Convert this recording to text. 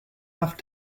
enough